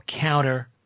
counter